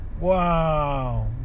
wow